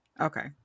Okay